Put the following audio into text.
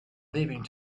leaving